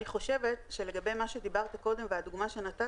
אני חושבת שלגבי מה שדיברת קודם והדוגמה שנתת,